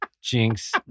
Jinx